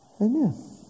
Amen